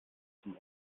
zum